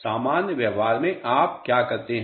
सामान्य व्यवहार में आप क्या करते हैं